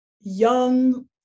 young